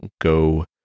go